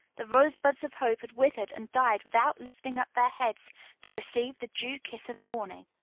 the rosebuds of hope had withered and died without lifting up their heads to receive the dew kiss of morning.